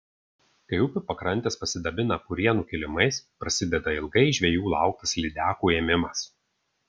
kai upių pakrantės pasidabina purienų kilimais prasideda ilgai žvejų lauktas lydekų ėmimas